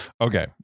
Okay